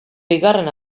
bigarren